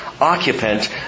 occupant